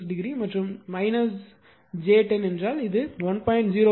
96 degree மற்றும் j 10 என்றால் இது 1